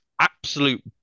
absolute